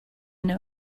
know